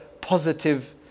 positive